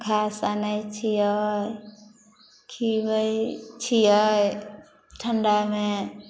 घास आनै छियै खीअबै छियै ठंडामे